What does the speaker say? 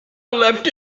left